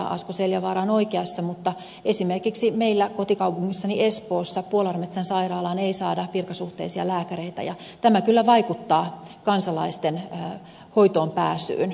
asko seljavaara on oikeassa mutta esimerkiksi meillä kotikaupungissani espoossa puolarmetsän sairaalaan ei saada virkasuhteisia lääkäreitä ja tämä kyllä vaikuttaa kansalaisten hoitoon pääsyyn